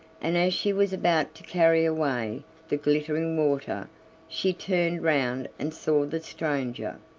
and as she was about to carry away the glittering water she turned round and saw the stranger,